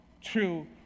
true